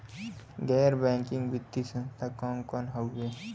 गैर बैकिंग वित्तीय संस्थान कौन कौन हउवे?